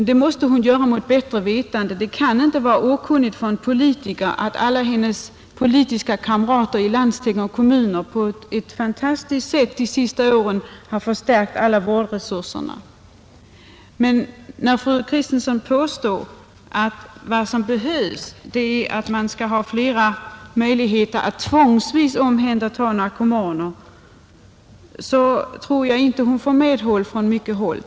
Det måste hon göra mot bättre vetande. Det kan inte vara okänt för en politiker att politikerna i landsting och kommuner under de senaste åren på ett fantastiskt sätt har förstärkt alla vårdresurser. När fru Kristensson påstår att det som behövs är större möjligheter att tvångsmässigt omhänderta narkomaner tror jag inte att hon får medhåll av många.